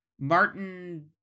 martin